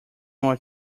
more